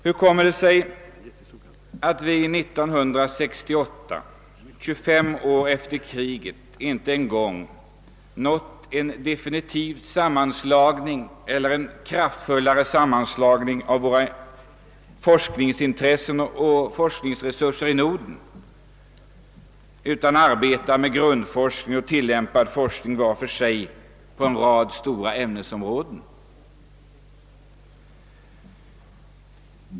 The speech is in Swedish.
Hur kommer det sig att vi 1968 — 25 år efter kriget — inte ens åstadkommit en mer omfattande sammanslagning av våra forskningsintressen och forskningsresurser i Norden utan fortfarande arbetar med grundforskning och tillämpad forskning var för sig på en rad stora områden?